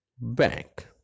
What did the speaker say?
bank